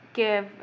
give